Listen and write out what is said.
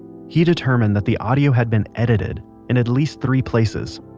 he determined that the audio had been edited in at least three places.